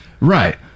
Right